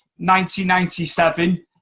1997